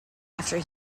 after